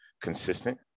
consistent